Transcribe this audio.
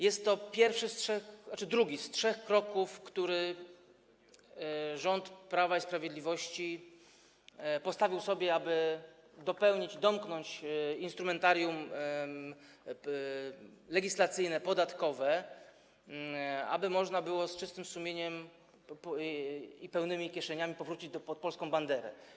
Jest to pierwszy z trzech, tzn. drugi z trzech kroków, który rząd Prawa i Sprawiedliwości postawił sobie za cel, aby dopełnić, domknąć instrumentarium legislacyjne, podatkowe, aby można było z czystym sumieniem i pełnymi kieszeniami powrócić pod polską banderę.